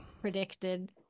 predicted